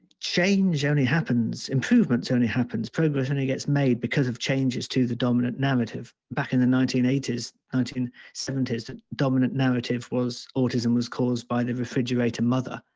change only happens, improvements only happens, progress only gets made because of changes to the dominant narrative. back in the nineteen eighty s, nineteen seventy s, that dominant narrative was autism was caused by the refrigerator mother.